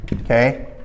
okay